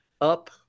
up